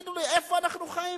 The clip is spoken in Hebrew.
תגידו לי, איפה אנחנו חיים?